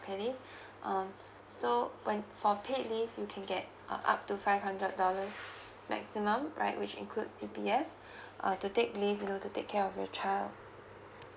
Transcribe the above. leave um so when for paid leave you can get uh up to five hundred dollars maximum right which includes C_P_F uh to take leave you know to take care of your child